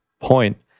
point